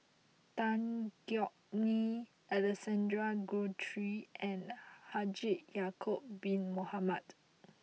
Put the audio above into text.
Tan Yeok Nee Alexander Guthrie and Haji Ya'Acob bin Mohamed